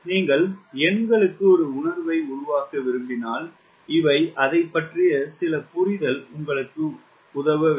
நீங்கள் எண்களுக்கு ஒரு உணர்வை உருவாக்க விரும்பினால் இவை அதைப் பற்றிய சில புரிதல் உங்களுக்கு உதவ வேண்டும்